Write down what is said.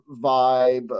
vibe